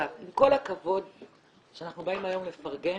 עם כל הכבוד שאנחנו באים היום לפרגן,